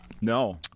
No